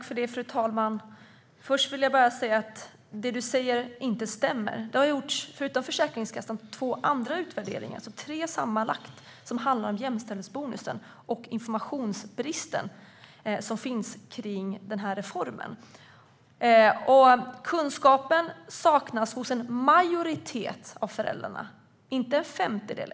Fru talman! Det du säger, Teresa Carvalho, stämmer inte. Förutom Försäkringskassans utredning har det gjorts två andra, alltså tre sammanlagt, som handlar om jämställdhetsbonusen och informationsbristen som finns kring den reformen. Kunskapen saknas hos en majoritet av föräldrarna, inte hos en femtedel.